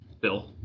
Bill